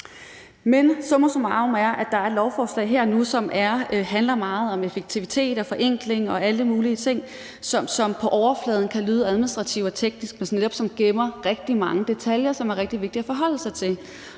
Men summa summarum er, at der nu er et lovforslag her, som handler meget om effektivitet og forenklinger og alle mulige ting, og som på overfladen kan ligne noget administrativt og teknisk, men som netop gemmer rigtig mange detaljer, som det er rigtig vigtigt at forholde sig til.